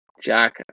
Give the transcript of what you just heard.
Jack